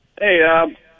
Hey